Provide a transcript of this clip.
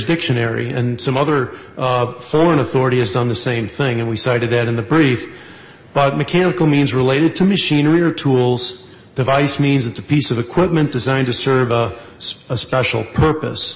dictionary and some other foreign authority has done the same thing and we cited that in the brief but mechanical means related to machinery or tools devise means it's a piece of equipment designed to serve a special purpose